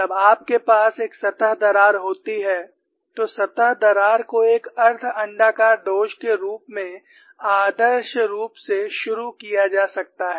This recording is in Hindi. जब आपके पास एक सतह दरार होती है तो सतह दरार को एक अर्ध अण्डाकार दोष के रूप में आदर्श रूप से शुरू किया जा सकता है